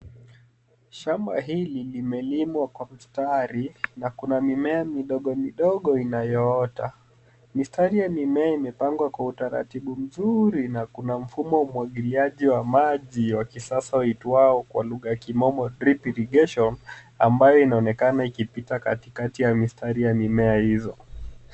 Shamba hili limelimwa kwa mstari na kuna mimea midogo midogo inayoota. Mistari ya mimea imepangwa kwa utaratibu mzuri na kuna mfumo wa umwagiliaji wa maji wa kisasa uitwao kwa lugha ya kimombo drip irrigation ambayo inaonekana ikipita katikati ya mistari ya mimea hizo.